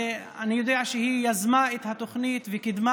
ואני יודע שהיא יזמה את התוכנית וקידמה